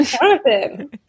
Jonathan